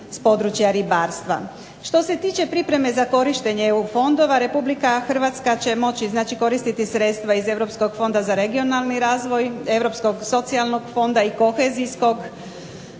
s područja ribarstva. Što se tiče pripreme za korištenje EU fondova Republika Hrvatska će moći koristiti sredstva iz Europskog fonda za regionalni razvoj, Europskog socijalnog fonda i kohezijskog,